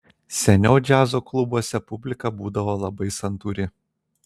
seniau džiazo klubuose publika būdavo labai santūri